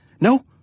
No